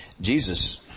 Jesus